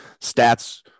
stats